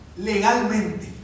legalmente